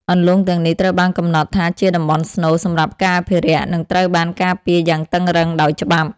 អន្លង់ទាំងនេះត្រូវបានកំណត់ថាជាតំបន់ស្នូល សម្រាប់ការអភិរក្ស និងត្រូវបានការពារយ៉ាងតឹងរ៉ឹងដោយច្បាប់។